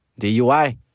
DUI